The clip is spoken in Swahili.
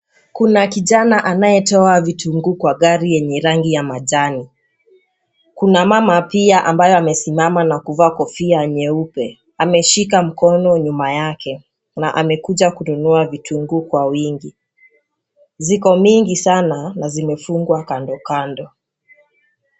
Kuna kijana anayetoa vitunguu kwa gari yenye rangi ya majani, kuna mama pia ambaye amesimama na kuvaa kofia nyeupe, ameshika mkono nyuma yake na amekuja kununua vitunguu kwa wingi, ziko mingi sana na zimefungwa kandokando.